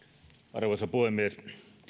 arvoisa puhemies